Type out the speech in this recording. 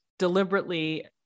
deliberately